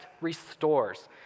restores